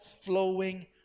flowing